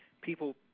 People